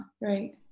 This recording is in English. Right